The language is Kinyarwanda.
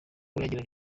yageraga